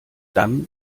dann